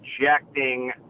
rejecting